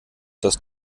das